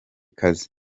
kazi